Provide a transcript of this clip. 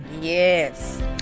Yes